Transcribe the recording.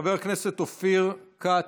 חבר הכנסת אופיר כץ,